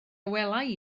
welai